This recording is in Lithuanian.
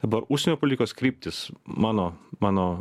dabar užsienio politikos kryptys mano mano